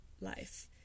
life